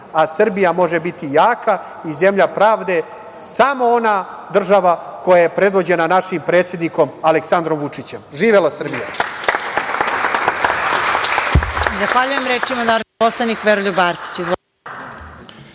a Srbija može biti jaka i zemlja pravde samo ona država koja je predvođena našim predsednikom Aleksandrom Vučićem. Živela Srbija.